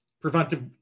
preventive